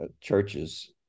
churches